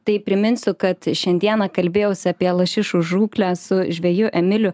tai priminsiu kad šiandieną kalbėjausi apie lašišų žūklę su žveju emiliu